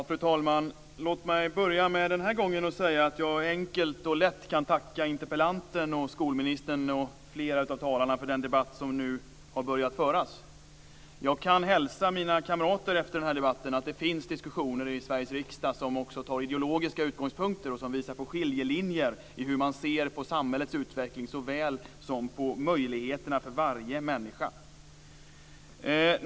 Fru talman! Låt mig den här gången börja med att säga att jag enkelt och lätt kan tacka interpellanten, skolministern och flera av talarna för den debatt som nu har börjat föras. Jag kan efter den här debatten hälsa mina kamrater att det finns diskussioner i Sveriges riksdag som har ideologiska utgångspunkter och som visar på skiljelinjer i hur man ser på samhällets utveckling såväl som på möjligheterna för varje människa.